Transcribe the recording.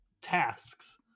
tasks